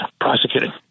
prosecuting